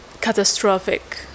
catastrophic